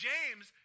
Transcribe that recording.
James